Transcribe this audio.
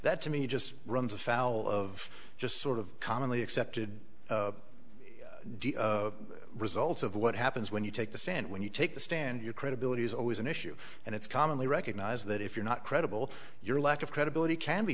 that to me just runs afoul of just sort of commonly accepted results of what happens when you take the stand when you take the stand your credibility is always an issue and it's commonly recognized that if you're not credible your lack of credibility can be